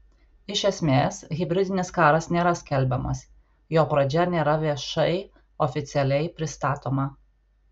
iš esmės hibridinis karas nėra skelbiamas jo pradžia nėra viešai oficialiai pristatoma